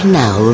now